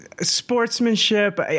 Sportsmanship